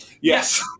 yes